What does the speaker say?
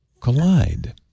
Collide